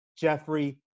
Jeffrey